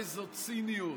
איזו ציניות.